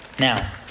Now